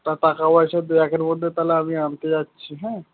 তা টাকাপয়সা দু একের মধ্যে তাহলে আমি আনতে যাচ্ছি হ্যাঁ